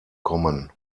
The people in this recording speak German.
kommen